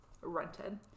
rented